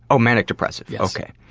oh, manic-depressive, ok.